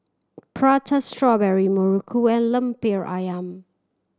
Prata Strawberry muruku and Lemper Ayam